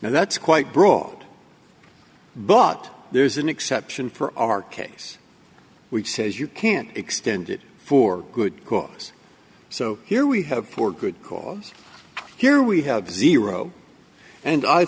now that's quite broad but there's an exception for our case we says you can't extend it for good cause so here we have for good cause here we have zero and i